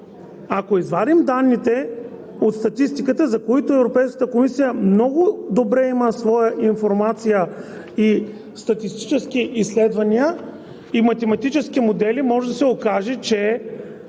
ако извадим данните от статистиката, за които Европейската комисия много добре има своя информация, статистически изследвания и математически модели, може да се окаже, че